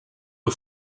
aux